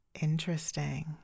Interesting